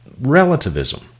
relativism